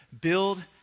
build